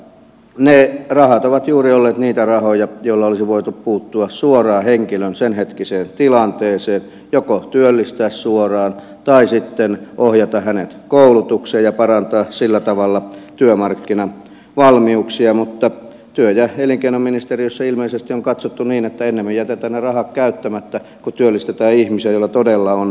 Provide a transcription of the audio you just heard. ne rahat ovat olleet juuri niitä rahoja joilla olisi voitu puuttua suoraan henkilön senhetkiseen tilanteeseen joko työllistää suoraan tai sitten ohjata hänet koulutukseen ja parantaa sillä tavalla työmarkkinavalmiuksia mutta työ ja elinkeinoministeriössä ilmeisesti on katsottu niin että ennemmin jätetään ne rahat käyttämättä kuin työllistetään ihmisiä joilla todella on hätä